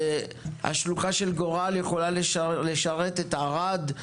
השלוחה של גורל יכולה לשרת את ערד,